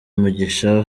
mugisha